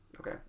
Okay